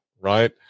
Right